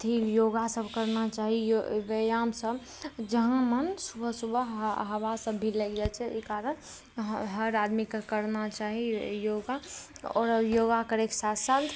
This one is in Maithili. अथी योगा सभ करना चाही यो व्यायाम सभ जहाँ मन सुबह सुबह हवा सभ भी लागि जाइ छै ई कारण हर आदमीके करना चाही योगा आओर योगा करैके साथ साथ